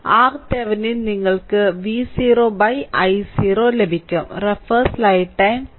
അതിനാൽ RThevenin നിങ്ങൾക്ക് V0 i0 ലഭിക്കും